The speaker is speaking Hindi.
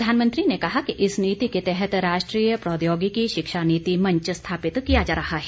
प्रधानमंत्री ने कहा कि इस नीति के तहत राष्ट्रीय प्रौद्योगिकी शिक्षा नीति मंच स्थापित किया जा रहा है